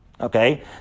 Okay